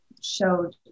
showed